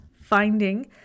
finding